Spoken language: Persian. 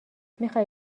میخای